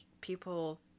people